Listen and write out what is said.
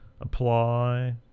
apply